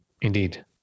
Indeed